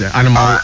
animal